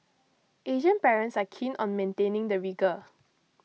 Asian parents are keen on maintaining the rigour